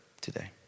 today